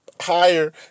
higher